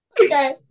Okay